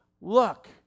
look